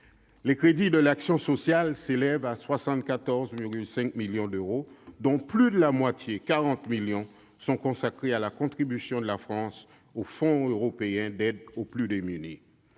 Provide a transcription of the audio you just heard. Les crédits de l'action sociale s'élèvent à 74,5 millions d'euros, dont plus de la moitié- 40 millions d'euros -sont consacrés à la contribution de la France au Fonds européen d'aide aux plus démunis